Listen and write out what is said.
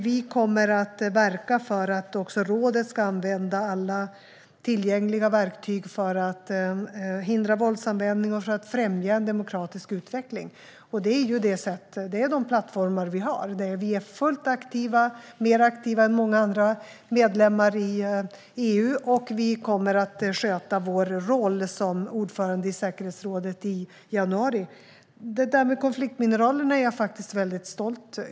Vi kommer att verka för att också rådet ska använda alla tillgängliga verktyg för att hindra våldsanvändning och främja demokratisk utveckling. Det är de plattformar vi har. Vi är fullt aktiva, mer aktiva än många andra medlemmar i EU. Och vi kommer att sköta vår roll som ordförande i säkerhetsrådet i januari. I fråga om konfliktmineralerna är jag stolt.